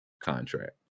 contract